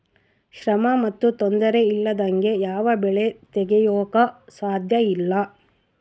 ಶ್ರಮ ಮತ್ತು ತೊಂದರೆ ಇಲ್ಲದಂಗೆ ಯಾವ ಬೆಳೆ ತೆಗೆಯಾಕೂ ಸಾಧ್ಯಇಲ್ಲ